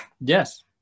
Yes